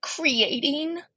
creating